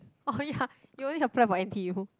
oh ya you only apply for N_T_U